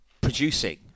producing